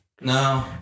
no